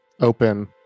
open